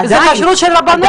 עדיין --- זו כשרות של רבנות.